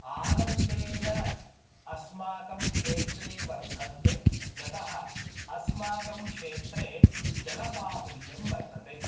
आनन्देन अस्माकं क्षेत्रे वर्धन्ते यतः अस्माकं क्षेत्रे जलबाहुल्यं वर्तते